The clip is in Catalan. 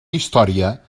història